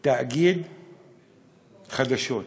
תאגיד חדשות.